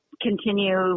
continue